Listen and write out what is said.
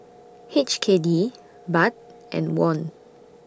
H K D Baht and Won